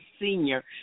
senior